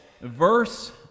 Verse